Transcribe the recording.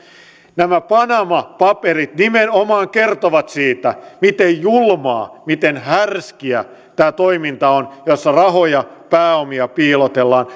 nämä panama paperit nimenomaan kertovat siitä miten julmaa miten härskiä tämä toiminta on jossa rahoja pääomia piilotellaan